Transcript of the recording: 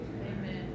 amen